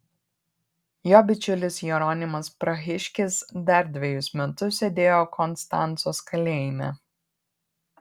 jo bičiulis jeronimas prahiškis dar dvejus metus sėdėjo konstancos kalėjime